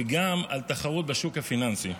וגם על תחרות בשוק הפיננסי,